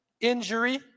injury